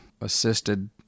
assisted